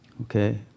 Okay